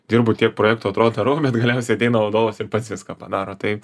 dirbu tiek projektų atrodo darau bet galiausiai ateina vadovas ir pats viską padaro tai